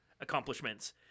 accomplishments